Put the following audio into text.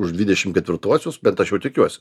už dvidešimt ketvirtuosius bent aš jau tikiuosi